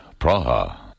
Praha